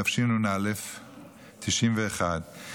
התשנ"א 1991,